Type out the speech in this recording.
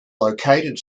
located